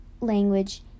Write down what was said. language